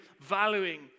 valuing